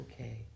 okay